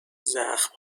زخم